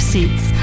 Seats